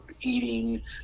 eating